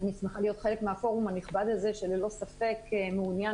אני שמחה להיות חלק מהפורום הנכבד הזה שללא ספק מעוניין